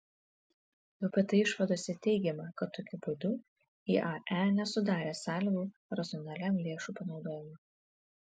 vpt išvadose teigiama kad tokiu būdu iae nesudarė sąlygų racionaliam lėšų panaudojimui